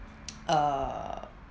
uh